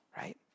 right